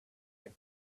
had